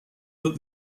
that